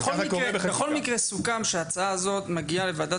בכל מקרה סוכם שההצעה הזאת מגיעה לוועדת